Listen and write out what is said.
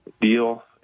deal